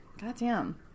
goddamn